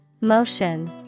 Motion